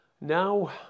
now